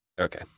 Okay